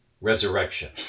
Resurrection